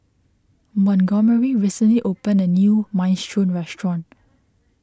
Montgomery recently opened a new Minestrone restaurant